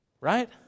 right